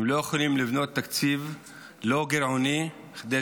הן לא יכולות לבנות תקציב לא גירעוני כדי